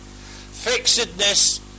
Fixedness